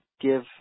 give